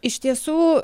iš tiesų